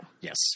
Yes